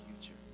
future